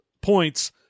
points